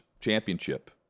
championship